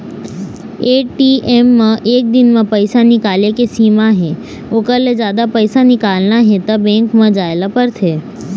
ATM म एक दिन म पइसा निकाले के सीमा हे ओखर ले जादा पइसा निकालना हे त बेंक म जाए ल परथे